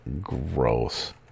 Gross